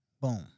Boom